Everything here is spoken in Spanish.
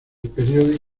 periódico